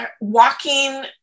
walking